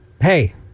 hey